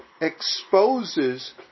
exposes